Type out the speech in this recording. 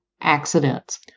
accidents